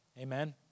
Amen